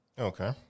Okay